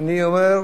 אני אומר,